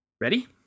Ready